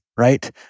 right